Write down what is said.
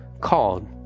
called